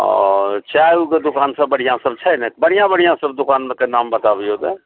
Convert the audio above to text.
आ चाय ओके दोकान सब बढ़िऑं सब छै ने बढ़िऑं बढ़िऑं सब दोकानके नाम बताबियौ तऽ